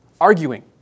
Arguing